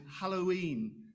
Halloween